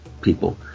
people